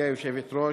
גברתי היושבת-ראש,